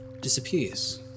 disappears